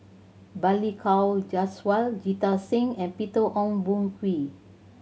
Balli Kaur Jaswal Jita Singh and Peter Ong Boon Kwee